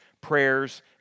prayers